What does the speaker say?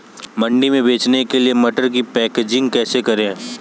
मंडी में बेचने के लिए मटर की पैकेजिंग कैसे करें?